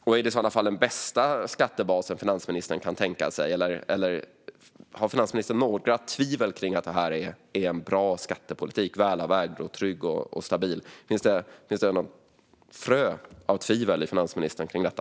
Är det i så fall den bästa skattebasen som finansministern kan tänka sig, eller har finansministern några tvivel kring att detta är en bra, välavvägd, trygg och stabil skattepolitik? Finns det i finansministern något frö av tvivel kring detta?